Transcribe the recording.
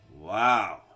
Wow